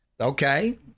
Okay